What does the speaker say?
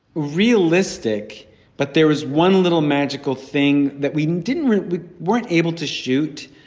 real lipstick but there is one little magical thing that we didn't we weren't able to shoot.